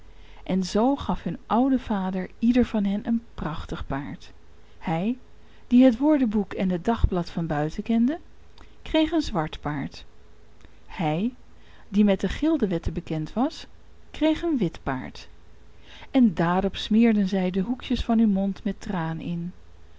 en zoo gaf hun oude vader ieder van hen een prachtig paard hij die het woordenboek en het dagblad van buiten kende kreeg een zwart paard hij die met de gildewetten bekend was kreeg een wit paard en daarop smeerden zij de hoekjes van hun mond met traan in